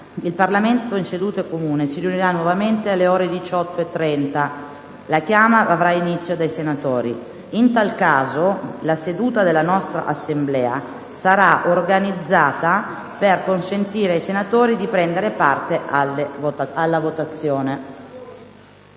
il Parlamento in seduta comune si riunirà nuovamente alle ore 18,30. La chiama avrà inizio dagli onorevoli senatori. In tal caso, la seduta della nostra Assemblea sarà organizzata per consentire ai colleghi di prendere parte alla votazione.